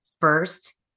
first